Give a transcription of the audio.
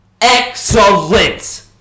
Excellent